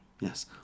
Yes